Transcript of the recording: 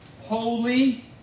holy